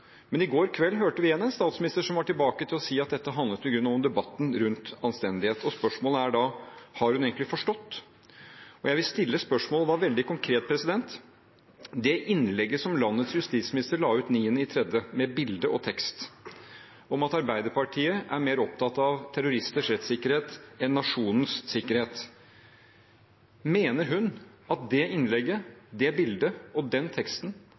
Men i går kveld hørte vi igjen en statsminister som var tilbake til å si at dette handlet i grunnen om debatten rundt anstendighet. Spørsmålet er: Har hun egentlig forstått? Jeg vil stille spørsmål og være veldig konkret: Det innlegget som landets justisminister la ut den 9. mars, med bilde og tekst, om at Arbeiderpartiet er mer opptatt av terroristers rettssikkerhet enn nasjonens sikkerhet, mener hun at det innlegget, det bildet og den teksten